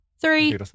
Three